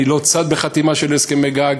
אני לא צד בחתימה של הסכמי גג,